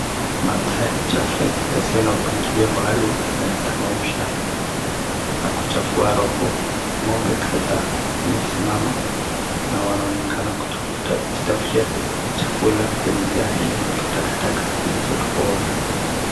Maandhari chafu yasiyo na mpangilio maalum yana tamausha na kuchafua roho. Ng'ombe kadhaa wamesimama na wanaonekana kujitafutia chakula kwenye jaa hili la taka zilizotupwa ovyo.